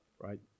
right